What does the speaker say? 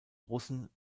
russen